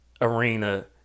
arena